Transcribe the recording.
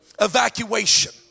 Evacuation